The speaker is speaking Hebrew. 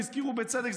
והזכירו בצדק,